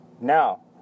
Now